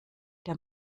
der